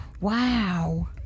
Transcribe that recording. Wow